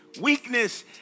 Weakness